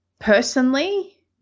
Personally